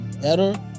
better